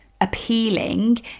appealing